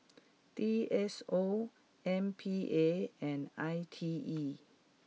D S O M P A and I T E